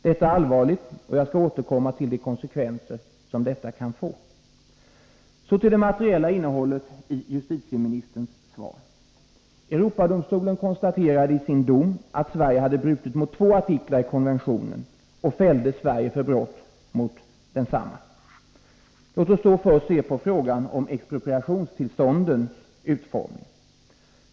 Detta är allvarligt, och jag skall återkomma till de konsekvenser som detta kan få. Så till det materiella innehållet i justitieministerns svar. Europadomstolen konstaterade i sin dom att Sverige hade brutit mot två artiklar i konventionen och fällde Sverige för brott mot densamma. Låt oss först se på frågan om expropriationstillståndens utformning!